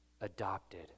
adopted